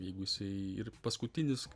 jeigu jisai ir paskutinis